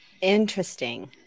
Interesting